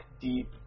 deep